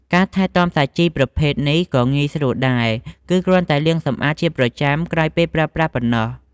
ការថែទាំសាជីប្រភេទនេះក៏ងាយស្រួលដែរ គឺគ្រាន់តែលាងសម្អាតជាប្រចាំក្រោយពេលប្រើប្រាស់ប៉ុណ្ណោះ។